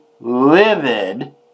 livid